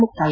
ಮುಕ್ತಾಯ